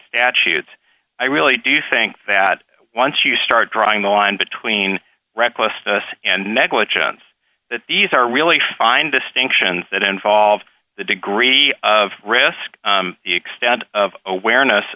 statutes i really do think that once you start drawing the line between recklessness and negligence that these are really fine distinctions that involve the degree of risk the extent of awareness